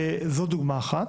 זו דוגמה אחת.